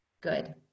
good